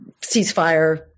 ceasefire